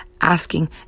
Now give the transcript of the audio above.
asking